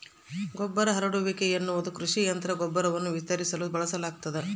ಗೊಬ್ಬರ ಹರಡುವಿಕೆ ಎನ್ನುವುದು ಕೃಷಿ ಯಂತ್ರ ಗೊಬ್ಬರವನ್ನು ವಿತರಿಸಲು ಬಳಸಲಾಗ್ತದ